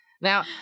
Now